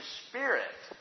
spirit